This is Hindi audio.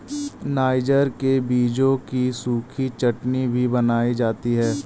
नाइजर के बीजों की सूखी चटनी भी बनाई जाती है